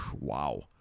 Wow